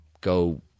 go –